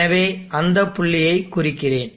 எனவே அந்த புள்ளியைக் குறிக்கிறேன்